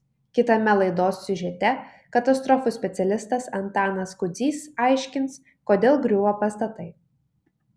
kitame laidos siužete katastrofų specialistas antanas kudzys aiškins kodėl griūva pastatai